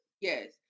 Yes